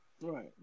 Right